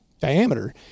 diameter